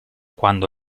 quando